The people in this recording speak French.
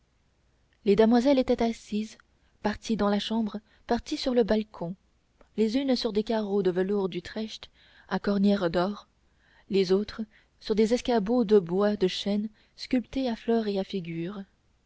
les damoiselles étaient assises partie dans la chambre partie sur le balcon les unes sur des carreaux de velours d'utrecht à cornières d'or les autres sur des escabeaux de bois de chêne sculptés à fleurs et à figures